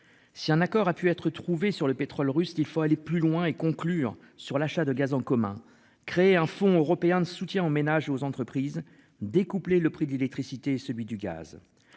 Si un accord a pu être trouvé sur le pétrole russe, qu'il faut aller plus loin et conclure sur l'achat de gaz en commun, créer un fonds européen de soutien aux ménages et aux entreprises découpler le prix de l'électricité, celui du gaz.